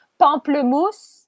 pamplemousse